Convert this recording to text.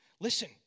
Listen